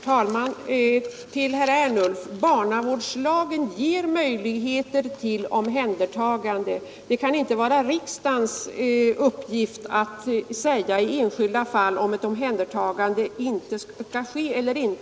Herr talman! Barnavårdslagen ger möjligheter till omhändertagande, herr Ernulf. Det kan inte vara riksdagens uppgift att i enskilda fall säga om ett omhändertagande skall ske eller inte.